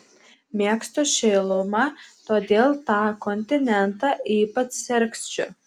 mėgstu šilumą todėl tą kontinentą ypač sergsčiu